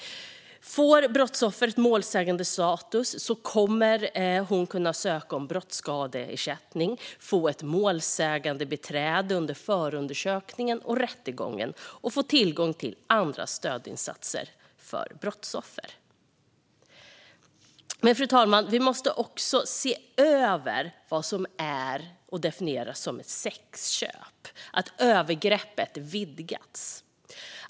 Får brottsoffren målsägandestatus kommer de att kunna ansöka om brottsskadeersättning, få ett målsägandebiträde under förundersökningen och rättegången och få tillgång till andra stödinsatser för brottsoffer. Fru talman! Vi måste också se över vad som är och definieras som ett sexköp, att begreppet övergrepp vidgas.